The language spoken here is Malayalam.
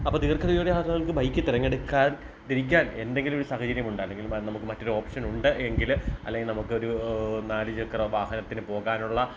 അപ്പം ദീർഘദൂര യാത്രയ്ക്ക് ബൈക്ക് തിരഞ്ഞെടുക്കാതിരിക്കാൻ എന്തെങ്കിലും ഒരു സാഹചര്യമുണ്ട് അല്ലെങ്കിൽ നമുക്ക് മറ്റൊരു ഓപ്ഷൻ ഉണ്ട് എങ്കിൽ അല്ലെങ്കിൽ നമുക്കൊരു നാല് ചക്ര വാഹനത്തിൽ പോകാനുള്ള